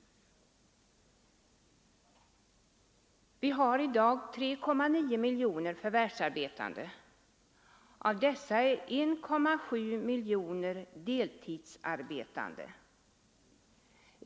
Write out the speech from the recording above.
Vi har i dag 3,9 miljoner förvärvsarbetande. Av dem är 1,7 miljoner deltidsarbetande.